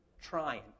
trying